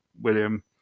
William